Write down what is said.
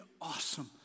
awesome